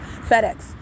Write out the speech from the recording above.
FedEx